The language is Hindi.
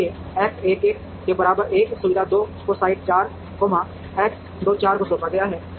इसलिए X 1 1 के बराबर 1 सुविधा 2 को साइट 4 X 2 4 को सौंपा गया है